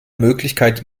möglichkeit